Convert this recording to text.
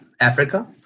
Africa